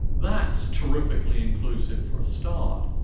that's terrifically inclusive for a start.